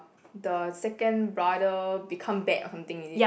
the second brother become bad or something is it